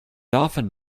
often